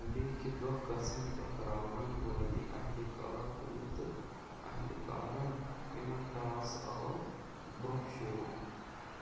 بیٚیہِ کہِ دۄہ گژھن ٹَکراوَن وٲلی اہلہِ کار کُنہِ تہٕ اہلہِ کارَن یِمَن ٹاس آو برٛونٛہہ شروٗع